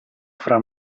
fra